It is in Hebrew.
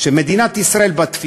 שמדינת ישראל, בתפיסה,